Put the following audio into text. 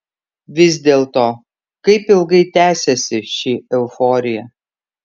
vis dėlto kaip ilgai tęsiasi ši euforija